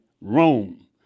Rome